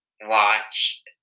watch